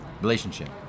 Relationship